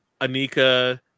Anika